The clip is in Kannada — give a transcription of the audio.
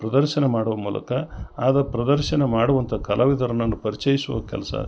ಪ್ರದರ್ಶನ ಮಾಡುವ ಮೂಲಕ ಅದು ಪ್ರದರ್ಶನ ಮಾಡುವಂಥ ಕಲಾವಿದರನನ್ನು ಪರಿಚಯಿಸುವ ಕೆಲಸ